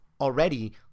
already